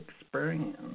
experience